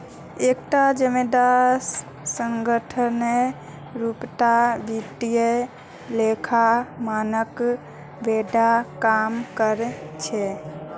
एकता जिम्मेदार संगठनेर रूपत वित्तीय लेखा मानक बोर्ड काम कर छेक